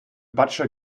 butcher